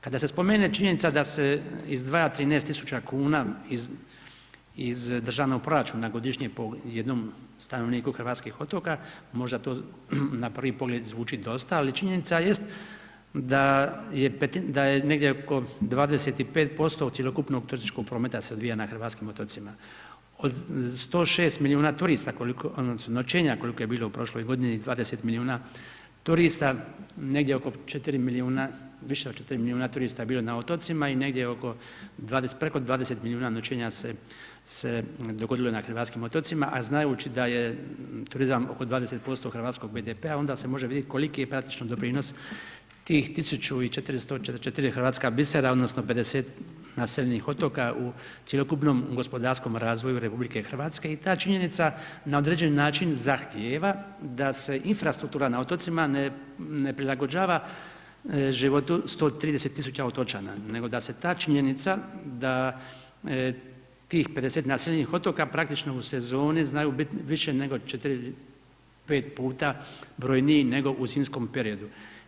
Kada se spomene činjenica da se izdvaja 13.000 kn iz državnog proračuna godišnje po jednom stanovniku hrvatskih otoka, možda to, na prvi pogled zvuči dosta, ali činjenica jest da je negdje oko 25% cjelokupnog turističkog prometa se odvija na hrvatskim otocima, od 106 milijuna turista koliko odnosno noćenja koliko je bilo u prošloj godini 20 milijuna turista negdje oko 4 milijuna, više od 4 milijuna turista je bilo na otocima i negdje oko, preko 20 milijuna noćenja se dogodilo na hrvatskim otocima, a znajući da je turizam oko 20% BDP-a onda se može vidjet koliki je praktično doprinos tih 1444 hrvatska bisera odnosno 50 naseljenih otoka u cjelokupnom gospodarskom razvoju RH i ta činjenica na određeni način zahtijeva da se infrastruktura na otocima ne prilagođava životu 130 000 otočana nego da se ta činjenica da tih 50 naseljenih otoka, praktično u sezoni znaju bit više nego 4, 5 puta brojniji nego u sinjskom periodu.